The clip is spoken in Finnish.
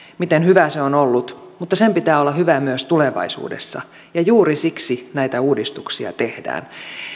miten hyvä se on ollut mutta sen pitää olla hyvä myös tulevaisuudessa ja juuri siksi näitä uudistuksia tehdään